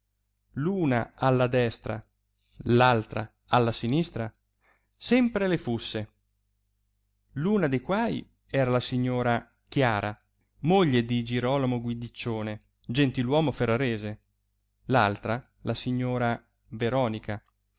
l'una alla destra l'altra alla sinistra sempre le fusse l'una de quai era la signora chiara moglie di girolamo guidiccione gentiluomo ferrarese l'altra la signora veronica